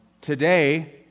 Today